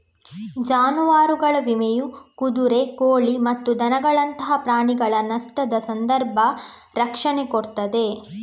ಜಾನುವಾರುಗಳ ವಿಮೆಯು ಕುದುರೆ, ಕೋಳಿ ಮತ್ತು ದನಗಳಂತಹ ಪ್ರಾಣಿಗಳ ನಷ್ಟದ ಸಂದರ್ಭ ರಕ್ಷಣೆ ಕೊಡ್ತದೆ